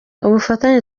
ubufatanye